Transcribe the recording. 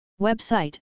Website